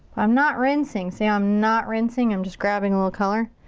i'm not rinsing. see, ah i'm not rinsing, i'm just grabbing a little color.